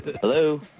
Hello